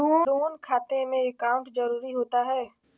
Loan खाते में account जरूरी होता है?